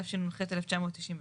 התשנ"ח - 1998 ¹